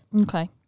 Okay